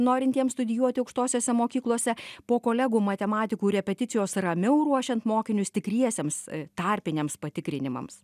norintiems studijuoti aukštosiose mokyklose po kolegų matematikų repeticijos ramiau ruošiant mokinius tikriesiems tarpiniams patikrinimams